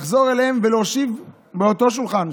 לחזור אליהם ולהושיב באותו שולחן,